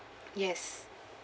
yes